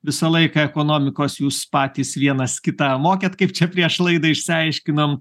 visą laiką ekonomikos jūs patys vienas kitą mokėt kaip čia prieš laidą išsiaiškinom